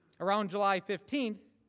around july fifteen,